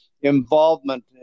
involvement